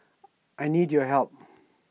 I need your help